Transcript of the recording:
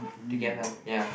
together ya